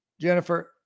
Jennifer